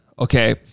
Okay